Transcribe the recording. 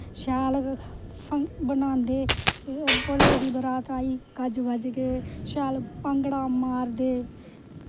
शैल बनांदे फिर भोले दी बरात आई गज्ज बज्ज के शैल भांगड़ा मारदे